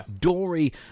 Dory